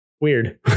Weird